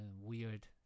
weird